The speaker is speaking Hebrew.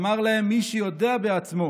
אמר להם: מי שיודע בעצמו